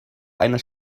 einer